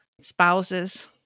spouses